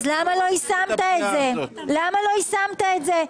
אם כן, למה לא יישמת את זה?